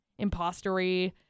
impostery